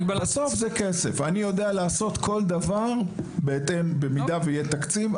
אני יודע לעשות כל דבר במידה ויהיה תקציב,